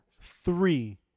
three